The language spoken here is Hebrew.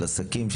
של עסקים,